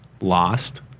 lost